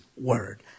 word